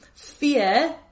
Fear